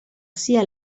sia